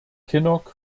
kinnock